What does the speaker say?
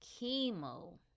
chemo